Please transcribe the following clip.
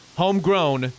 homegrown